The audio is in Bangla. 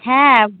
হ্যাঁ